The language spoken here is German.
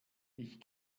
ich